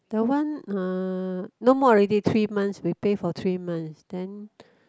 the one uh no more already three months we pay for three months then